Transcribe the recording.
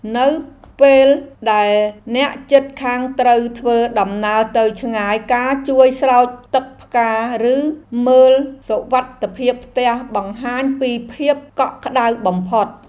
នៅពេលដែលអ្នកជិតខាងត្រូវធ្វើដំណើរទៅឆ្ងាយការជួយស្រោចទឹកផ្កាឬមើលសុវត្ថិភាពផ្ទះបង្ហាញពីភាពកក់ក្តៅបំផុត។